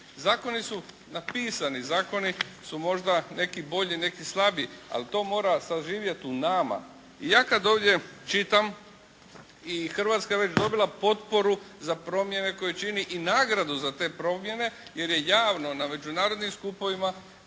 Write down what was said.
Zakoni su napisani. Zakoni su možda neki bolji, neki slabiji ali to mora saživjeti u nama. I ja kad ovdje čitam i Hrvatska je već dobila potporu za promjene koje čini i nagradu za te promjene jer je javno na međunarodnim skupovima